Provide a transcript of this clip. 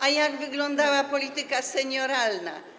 A jak wyglądała polityka senioralna?